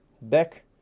back